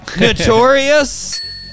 notorious